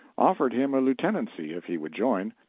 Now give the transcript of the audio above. offered him a lieutenancy if he would join.